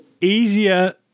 easier